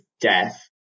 Death